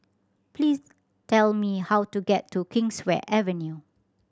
please tell me how to get to Kingswear Avenue